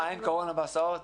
אין קורונה בהסעות.